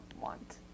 want